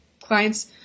clients